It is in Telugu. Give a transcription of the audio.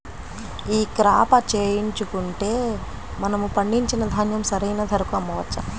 ఈ క్రాప చేయించుకుంటే మనము పండించిన ధాన్యం సరైన ధరకు అమ్మవచ్చా?